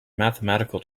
mathematical